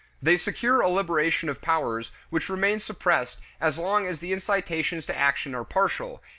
they secure a liberation of powers which remain suppressed as long as the incitations to action are partial,